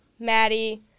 Maddie